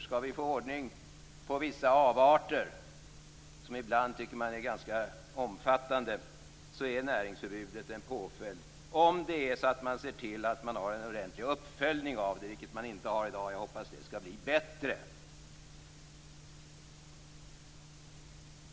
Skall man kunna komma till rätta med vissa avarter som ibland är ganska omfattande är näringsförbud en rimlig påföljd, om man ser till att det görs en ordentlig uppföljning av det, vilket man inte har i dag. Jag hoppas att det skall bli bättre.